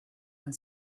and